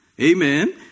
Amen